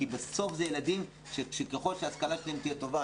כי בסוף זה ילדים שככל שההשכלה שלהם תהיה טובה,